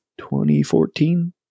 2014